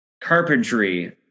carpentry